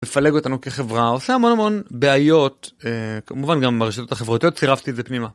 מפלג אותנו כחברה עושה המון המון בעיות כמובן גם ברשתות החברתיות צירפתי את זה פנימה.